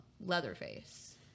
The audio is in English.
Leatherface